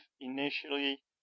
initially